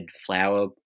Flower